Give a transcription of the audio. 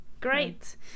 Great